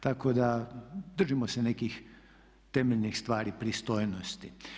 Tako da držimo se nekih temeljnih stvari pristojnosti.